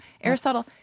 Aristotle